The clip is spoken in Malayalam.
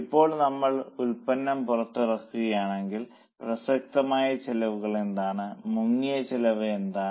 ഇപ്പോൾ നമ്മൾ ഉൽപ്പന്നം പുറത്തിറക്കുകയാണെങ്കിൽ പ്രസക്തമായ ചെലവുകൾ എന്താണ് മുങ്ങിയ ചെലവ് എന്താണ്